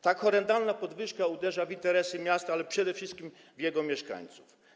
Ta horrendalna podwyżka uderza w interesy miasta, ale przede wszystkim w jego mieszkańców.